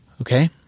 Okay